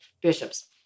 bishops